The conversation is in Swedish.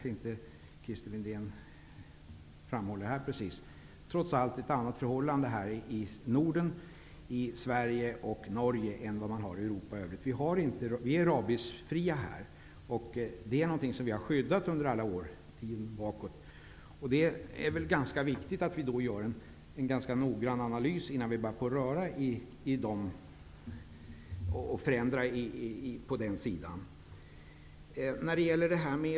Men trots allt råder det ett annat förhållande i Norden, i Sverige och Norge, än i Europa i övrigt. Vi har inte rabies här. Det är något som vi har skyddat oss mot under årtionden. Det är därför viktigt att göra en noggrann analys innan förändringar görs.